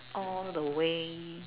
all the way